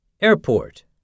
Airport